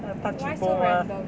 他 cheap mah